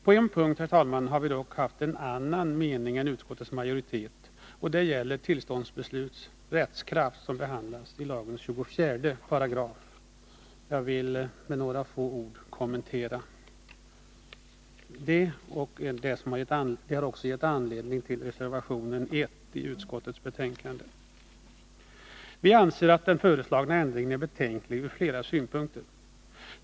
På en punkt har vi dock haft en annan mening än utskottets majoritet, och det gäller tillståndsbesluts rättskraft, som behandlas i lagens 24 §. Detta har gett anledning till reservation 1 i utskottsbetänkandet, och jag vill med några få ord kommentera denna. Vi anser att den föreslagna ändringen är betänklig ur flera synpunkter.